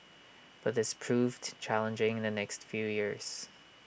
but this proved challenging in the next few years